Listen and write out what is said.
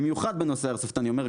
אני אומר,